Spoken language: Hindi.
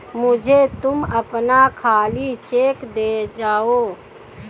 मुझे तुम अपना खाली चेक दे जाओ